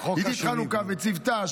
עידית חנוכה וצוותה,